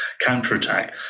counterattack